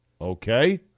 Okay